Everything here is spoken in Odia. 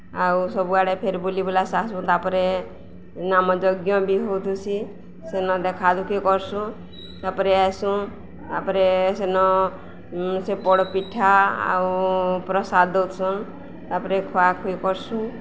ଆଉ ସବୁଆଡ଼େ ଫେର୍ ବୁଲି ବୁଲା ସାର୍ସୁଁ ତା'ପରେ ନାମଯଜ୍ଞ ବି ହଉଥିସି ସେନ ଦେଖାଦୁଖି କର୍ସୁଁ ତା'ପରେ ଆଏସୁଁ ତା'ପରେ ସେନ ସେ ପୋଡ଼ ପିଠା ଆଉ ପ୍ରସାଦ ଦଉଥିସନ୍ ତା'ପରେ ଖୁଆଖୁଇ କର୍ସୁଁ